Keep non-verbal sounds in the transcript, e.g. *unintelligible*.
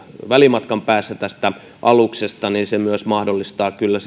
välimatkan päässä tästä aluksesta niin se myös sitten mahdollistaa kyllä *unintelligible*